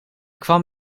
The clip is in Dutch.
kwam